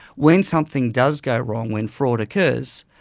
when something does go wrong, when fraud occurs,